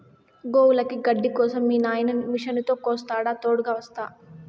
గోవులకి గడ్డి కోసం మీ నాయిన మిషనుతో కోస్తాడా తోడుగ వస్తా